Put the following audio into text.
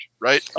right